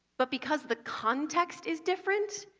but because the context is different,